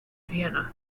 vienna